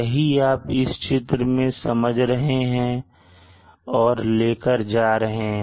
यही आप इस चित्र से समझ रहे हैं और लेकर जा रहे हैं